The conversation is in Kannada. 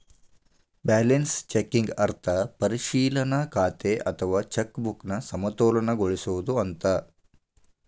ಬ್ಯಾಲೆನ್ಸ್ ಚೆಕಿಂಗ್ ಅರ್ಥ ಪರಿಶೇಲನಾ ಖಾತೆ ಅಥವಾ ಚೆಕ್ ಬುಕ್ನ ಸಮತೋಲನಗೊಳಿಸೋದು ಅಂತ